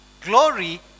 Glory